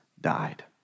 died